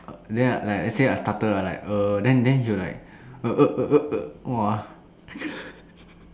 uh then like I say I stutter ah like uh then then he'll like uh uh uh uh uh !wah!